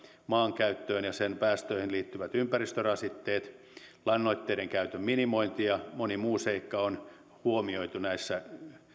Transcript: maan käyttöön ja sen päästöihin liittyvät ympäristörasitteet lannoitteiden käytön minimointi ja moni muu seikka on huomioitu näissä